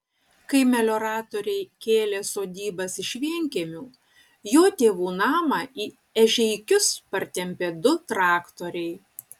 kai melioratoriai kėlė sodybas iš vienkiemių jo tėvų namą į ežeikius partempė du traktoriai